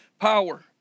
power